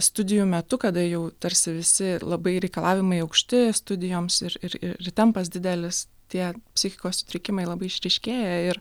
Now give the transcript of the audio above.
studijų metu kada jau tarsi visi labai reikalavimai aukšti studijoms ir ir ir ir tempas didelis tie psichikos sutrikimai labai išryškėja ir